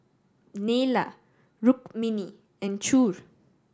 Neila Rukmini and Choor